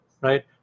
right